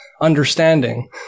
understanding